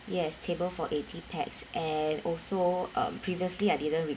yes table for eighty pax and also uh previously I didn't